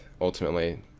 ultimately